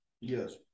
yes